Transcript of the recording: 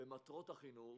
במטרות החינוך